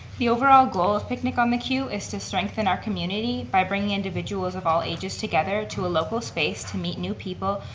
the overall goal of picnic on the q is to strengthen our community by bringing individuals of all ages together to a local space to meet new people,